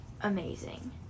amazing